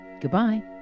Goodbye